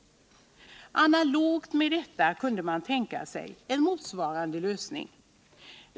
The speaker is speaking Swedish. Analogt med detta kunde man tänka sig en motsvarande lösning.